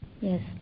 Yes